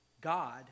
God